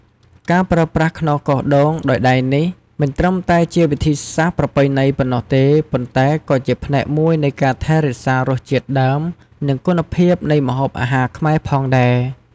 ការប្រើប្រាស់ខ្នោសកោសដូងដោយដៃនេះ មិនត្រឹមតែជាវិធីសាស្រ្តប្រពៃណីប៉ុណ្ណោះទេ ប៉ុន្តែក៏ជាផ្នែកមួយនៃការថែរក្សារសជាតិដើម និងគុណភាពនៃម្ហូបអាហារខ្មែរផងដែរ។